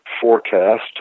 forecast